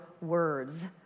words